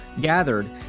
gathered